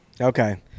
Okay